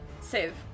save